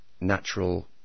natural